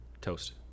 Toast